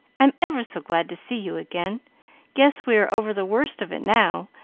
i'm ever so glad to see you again guess we are over the worst of it now,